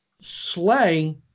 Slay